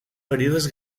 ferides